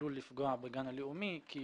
עלול לפגוע בגן הלאומי כי